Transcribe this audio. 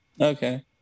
Okay